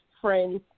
friends